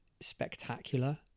spectacular